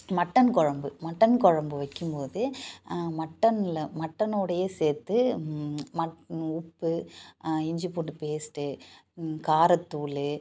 mutton குழம்பு mutton குழம்பு வைக்கும்போது மட்டனில் மட்டனுடையே சேர்த்து மட் உப்பு இஞ்சிப் பூண்டு பேஸ்ட்டு காரத்தூள்